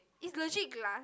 is legit glass